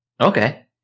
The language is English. Okay